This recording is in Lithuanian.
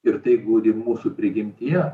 ir tai glūdi mūsų prigimtyje